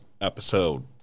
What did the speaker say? episode